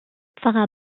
pfarrer